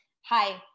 hi